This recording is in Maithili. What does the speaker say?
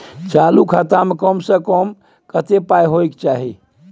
चालू खाता में कम से कम कत्ते पाई होय चाही?